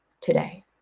today